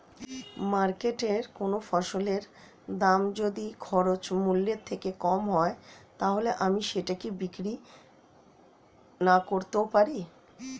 মার্কেটৈ কোন ফসলের দাম যদি খরচ মূল্য থেকে কম হয় তাহলে আমি সেটা কি বিক্রি নাকরতেও পারি?